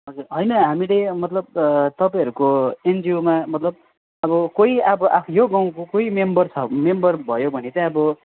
हजुर होइन हामीले मतलब तपाईँहरूको एनजिओमा मतलब अब कोही अब आफ् यो गाउँको कोही मेम्बर छ मेम्बर भयो भने चाहिँ अब